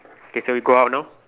okay so we go out now